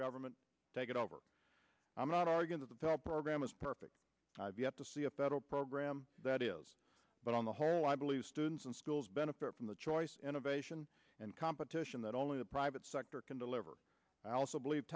government take it over i'm not arguing that the top program is perfect i've yet to see a federal program that is but on the whole i believe students and schools benefit from the choice innovation and competition that only the private sector can deliver i also believe